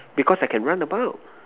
because I can run about